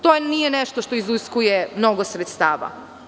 Tonije nešto što iziskuje mnogo sredstava.